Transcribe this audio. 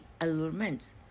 allurements